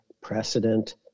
precedent